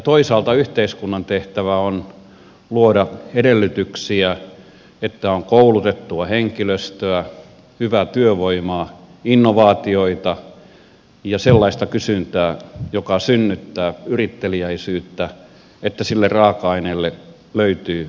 toisaalta yhteiskunnan tehtävä on luoda edellytyksiä että on koulutettua henkilöstöä hyvää työvoimaa innovaatioita ja sellaista kysyntää joka synnyttää yritteliäisyyttä että sille raaka aineelle löytyy hyödyntämispohjaa